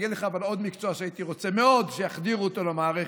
אבל אני אגיד לך עוד מקצוע שהייתי רוצה מאוד שיחדירו אותו למערכת,